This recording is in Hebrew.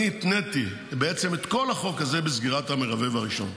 אני התניתי בעצם את כל החוק הזה בסגירת המרבב הראשון.